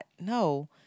No